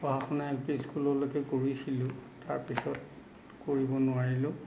পঢ়া শুনা L P স্কুললৈকে কৰিছিলোঁ তাৰপিছত কৰিব নোৱাৰিলোঁ